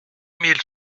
mille